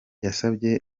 yasabye